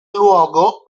luogo